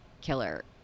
killer